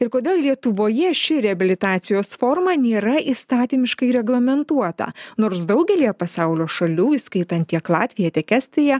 ir kodėl lietuvoje ši reabilitacijos forma nėra įstatymiškai reglamentuota nors daugelyje pasaulio šalių įskaitant tiek latviją tiek estiją